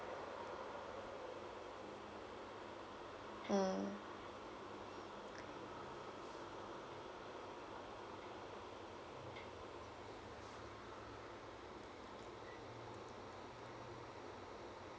mm